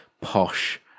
posh